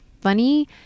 funny